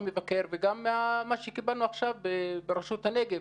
המתווה החדש של הקפסולות וגם בסיוע למשפחות נזקקות.